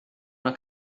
una